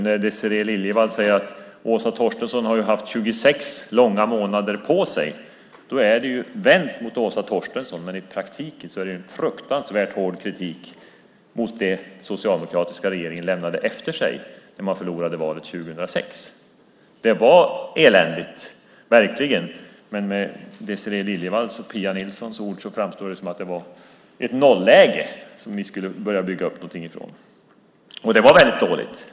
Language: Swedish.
När Désirée Liljevall säger att Åsa Torstensson haft 26 långa månader på sig vänder hon sig visserligen till Åsa Torstensson men i praktiken är det en fruktansvärt hård kritik av det som den socialdemokratiska regeringen lämnade efter sig när de förlorade valet 2006. Det var verkligen eländigt, men Désirée Liljevall och Pia Nilsson framställer det som om vi skulle börja bygga upp något från ett nolläge. Läget har varit mycket dåligt.